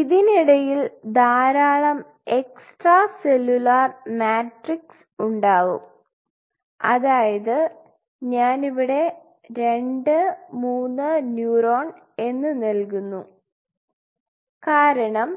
ഇതിനിടയിൽ ധാരാളം extracellular matrix ഉണ്ടാവും അതായത് ഞാൻ ഇവിടെ 2 3 ന്യൂറോൺ എന്ന നൽകുന്നു കാരണം